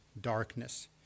darkness